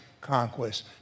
conquest